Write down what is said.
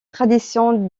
tradition